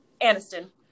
Aniston